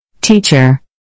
Teacher